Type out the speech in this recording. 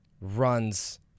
runs